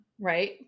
Right